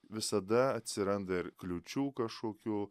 visada atsiranda ir kliūčių kažkokių